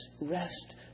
rest